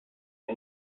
the